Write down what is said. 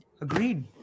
Agreed